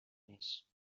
més